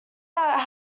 out